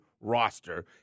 roster